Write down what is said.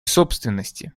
собственности